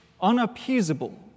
unappeasable